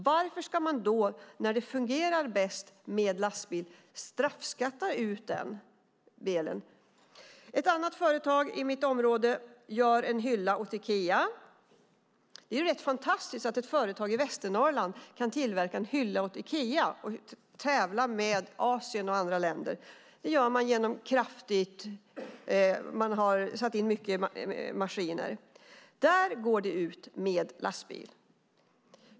Varför ska man då, när det fungerar bäst med lastbil, straffskatta ut den delen? Ett annat företag i mitt område gör en hylla åt Ikea. Det är rätt fantastiskt att ett företag i Västernorrland kan tillverka en hylla åt Ikea och tävla med Asien och andra länder. Det gör man genom att man har satt in mycket maskiner. Därifrån går det ut med lastbil.